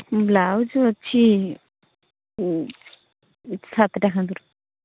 blouse ଅଛି ସାତଟା ଖଣ୍ଡେ